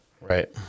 right